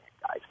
guys